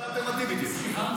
איזה ועדה אלטרנטיבית יש, היושב-ראש?